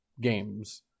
games